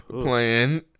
playing